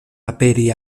aperi